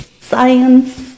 science